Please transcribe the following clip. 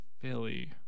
Philly